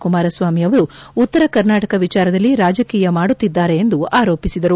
ಕುಮಾರ ಸ್ನಾಮಿ ಅವರು ಉತ್ತರ ಕರ್ನಾಟಕ ವಿಚಾರದಲ್ಲಿ ರಾಜಕೀಯ ಮಾಡುತ್ತಿದ್ದಾರೆ ಎಂದು ಆರೋಪಿಸಿದರು